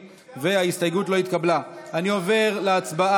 לסעיף 1. אני עובר להצבעה.